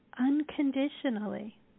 unconditionally